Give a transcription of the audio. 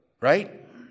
right